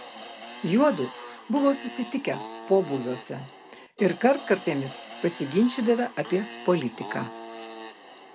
juodu buvo susitikę pobūviuose ir kartkartėmis pasiginčydavę apie politiką